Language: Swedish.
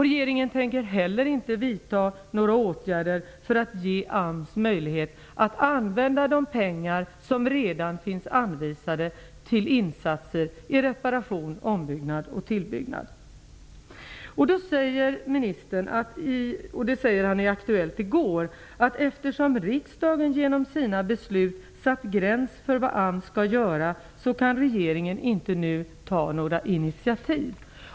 Regeringen tänker inte heller vidta några åtgärder för att ge AMS möjlighet att använda de pengar som redan har anvisats till insatser för reparation, ombyggnad och tillbyggnad. Ministern sade i Aktuellt i går, att eftersom riksdagen genom sina beslut har satt en gräns för vad AMS skall göra kan regeringen inte nu ta några initiativ.